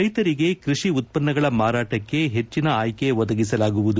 ರೈತರಿಗೆ ಕೃಷಿ ಉತ್ತನ್ನಗಳ ಮಾರಾಟಕ್ಕೆ ಹೆಚ್ಚಿನ ಆಯ್ಕೆ ಒದಗಿಸಲಾಗುವುದು